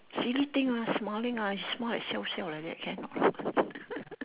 silly thing lah smiling lah smile like siao siao like that can what